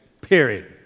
Period